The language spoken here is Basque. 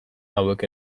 hauek